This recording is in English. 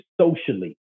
socially